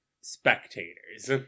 spectators